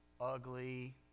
Ugly